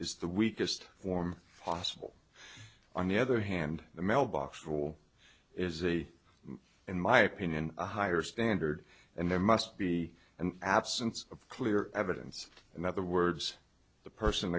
is the weakest form possible on the other hand the mailbox rule is a in my opinion a higher standard and there must be an absence of clear evidence and other words the person